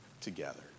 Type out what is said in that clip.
together